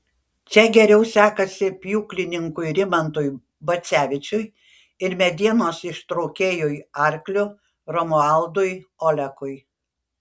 čia geriau sekasi pjūklininkui rimantui bacevičiui ir medienos ištraukėjui arkliu romualdui olekui